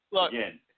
Again